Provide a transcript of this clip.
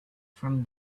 from